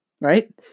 right